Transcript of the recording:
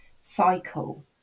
cycle